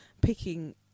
picking